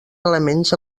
elements